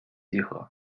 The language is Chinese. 集合